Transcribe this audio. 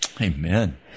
Amen